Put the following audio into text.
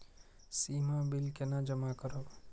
सीमा bill केना जमा करब?